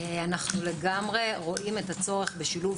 אנו לגמרי רואים את הצורך בשילוב